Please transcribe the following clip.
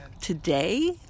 today